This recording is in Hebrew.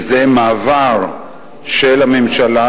וזה מעבר של הממשלה,